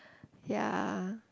ya